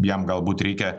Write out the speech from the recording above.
jam galbūt reikia